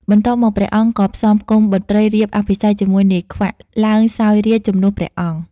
បន្ទាប់មកព្រះអង្គក៏ផ្សំផ្គុំបុត្រីរៀបអភិសេកជាមួយនាយខ្វាក់ ឡើងសោយរាជជំនួសព្រះអង្គ។